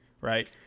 right